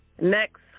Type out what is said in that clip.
Next